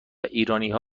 ایرانیها